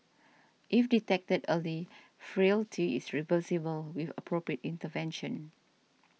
if detected early frailty is reversible with appropriate intervention